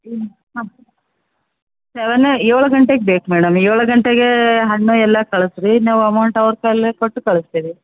ಹ್ಞೂ ಹಾಂ ಸೆವೆನ್ ಏಳು ಗಂಟೆಗೆ ಬೇಕು ಮೇಡಮ್ ಏಳು ಗಂಟೆಗೇ ಹಣ್ಣು ಎಲ್ಲ ಕಳ್ಸಿ ರೀ ನಾವು ಅಮೌಂಟ್ ಅವ್ರ ಕೈಲೆ ಕೊಟ್ಟು ಕಳಿಸ್ತಿವಿ